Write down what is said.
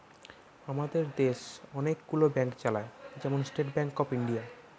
আমাদের দেশ অনেক গুলো ব্যাংক চালায়, যেমন স্টেট ব্যাংক অফ ইন্ডিয়া